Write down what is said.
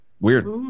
weird